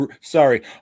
Sorry